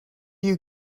you